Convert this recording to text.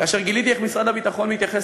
כאשר גיליתי איך משרד הביטחון מתייחס